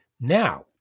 Now